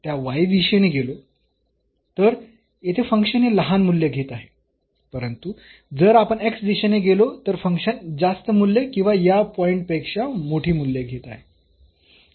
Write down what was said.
तर येथे फंक्शन हे लहान मूल्ये घेत आहे परंतु जर आपण x दिशेने गेलो तर फंक्शन जास्त मूल्ये किंवा या पॉईंट पेक्षा मोठी मूल्ये घेत आहे